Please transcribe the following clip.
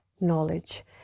knowledge